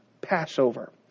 Passover